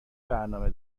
برنامه